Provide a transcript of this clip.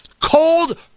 Cold